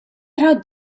how